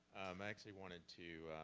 actually wanted to